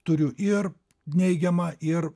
turiu ir neigiamą ir